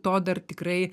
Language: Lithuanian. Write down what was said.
to dar tikrai